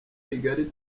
rigari